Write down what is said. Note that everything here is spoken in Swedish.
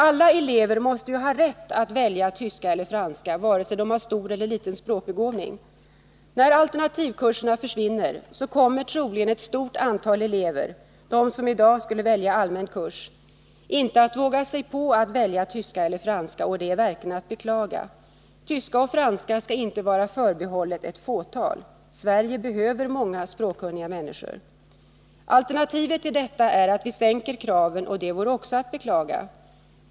Alla elever måste ju ha rätt att välja tyska eller franska — vare sig de har stor eller liten språkbegåvning. När alternativkurserna försvinner kommer troligen ett stort antal elever — de som i dag skulle välja allmän kurs — inte att våga sig på att välja tyska eller franska. Detta är verkligen att beklaga. Tyska och franska skall inte vara förbehållet ett fåtal. Sverige behöver många språkkunniga människor. Alternativet till detta är att vi sänker kraven, och det vore också att beklaga.